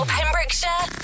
Pembrokeshire